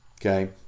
okay